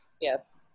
yes